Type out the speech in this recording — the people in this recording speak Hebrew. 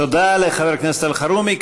תודה לחבר הכנסת אלחרומי.